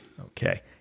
Okay